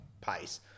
pace